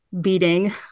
beating